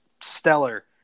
stellar